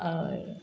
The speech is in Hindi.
और